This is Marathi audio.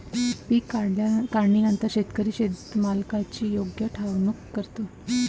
पीक काढणीनंतर शेतकरी शेतमालाची योग्य साठवणूक करतो